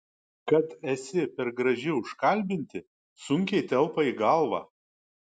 kad esi per graži užkalbinti sunkiai telpa į galvą